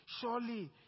surely